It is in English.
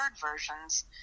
versions